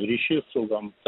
ryšys su gamta